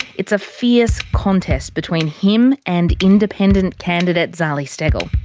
it's a fierce contest between him and independent candidate, zali steggall.